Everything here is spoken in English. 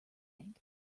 egg